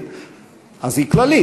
אז היא כללית.